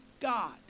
God